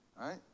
right